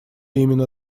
именно